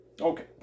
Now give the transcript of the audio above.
Okay